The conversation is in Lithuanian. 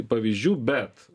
pavyzdžių bet